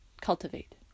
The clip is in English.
cultivate